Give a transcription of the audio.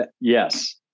yes